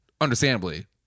understandably